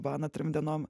baną trim dienom